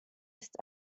ist